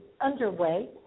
underway